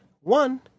One